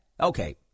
Okay